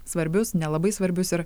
svarbius nelabai svarbius ir